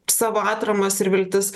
savo atramas ir viltis